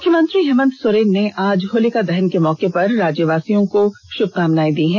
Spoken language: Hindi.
मुख्यमंत्री हेमंत सोरेन ने आज होलिका दहन के मौके पर राज्यवासियों को शुभकामनाएं दीं